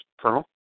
Colonel